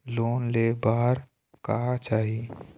Loan ले बार का चाही?